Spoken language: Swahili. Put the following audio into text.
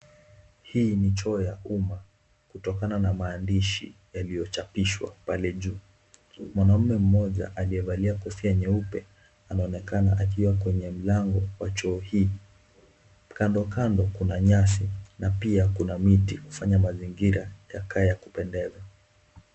Hii ni choo ya umma kutokana na maandishi yaliyochapishwa pale juu. Mwanaume mmoja aliyevalia kofia nyeupe anaonekana akiwa kwenye mlango wa choo hii. Kando kando kuna nyasi na pia kuna miti kufanya mazingira yakae ya kupendeza.